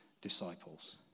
disciples